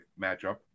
matchup